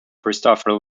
christopher